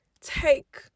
Take